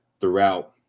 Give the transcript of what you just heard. throughout